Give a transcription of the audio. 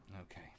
Okay